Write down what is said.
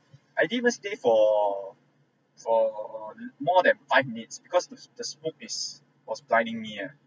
I didn't even stay for for more than five minutes because the the smoke it was blinding ah